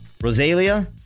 Rosalia